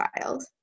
child